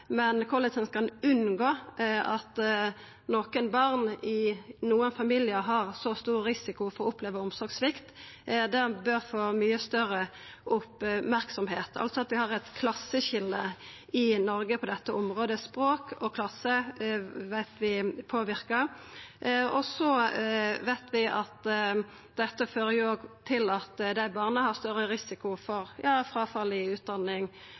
kan unngå at barn i nokre familiar har så stor risiko for å oppleva omsorgssvikt. Det at vi har eit klasseskilje i Noreg på dette området, bør få mykje større merksemd. Språk og klasse veit vi påverkar, og så veit vi at det òg fører til at desse barna har større risiko for fråfall i utdanninga i